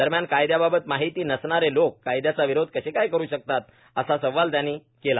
दरम्यान कायदयाबाबत माहिती नसणारे लोक कायदयाचा विरोध कसे काय करू शकतात असा सवाल त्यांनी केला